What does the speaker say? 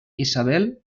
isabel